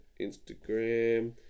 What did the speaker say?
Instagram